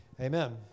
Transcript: Amen